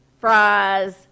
fries